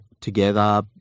together